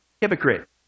Hypocrite